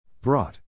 brought